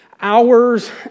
hours